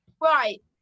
Right